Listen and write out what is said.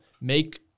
make